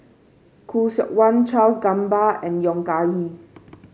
Khoo Seok Wan Charles Gamba and Yong Ah Kee